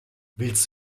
willst